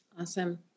Awesome